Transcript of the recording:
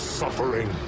suffering